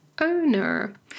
owner